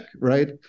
right